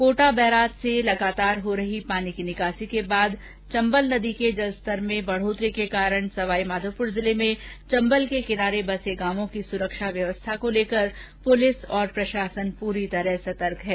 Kota barrage से लगातार हो रही पानी की निकासी के बाद चंबल नदी के जलस्तर में बढोतरी के कारण सवाइमाघोपुर जिले में चंबल के किनारे बसे गांवों की सुरक्षा व्यवस्था को लेकर पुलिस और प्रशासन पूरी तरह सतर्क है